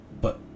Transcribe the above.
But